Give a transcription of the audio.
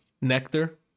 Nectar